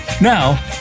Now